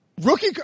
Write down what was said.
Rookie